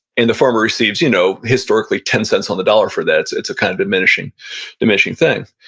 and the farmer receives you know historically ten cents on the dollar for that. it's a kind of diminishing diminishing thing.